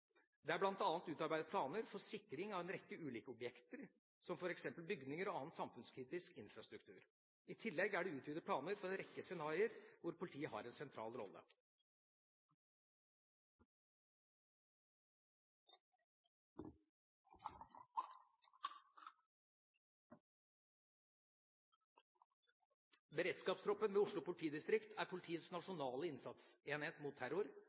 Det er bl.a. utarbeidet planer for sikring av en rekke ulike objekter, som f.eks. bygninger og annen samfunnskritisk infrastruktur. I tillegg er det utarbeidet planer for en rekke scenarioer hvor politiet har en sentral rolle. Beredskapstroppen ved Oslo politidistrikt er politiets nasjonale innsatsenhet mot terror